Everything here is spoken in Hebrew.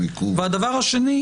והדבר השני,